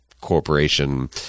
corporation